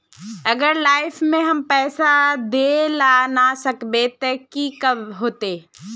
अगर लाइफ में हम पैसा दे ला ना सकबे तब की होते?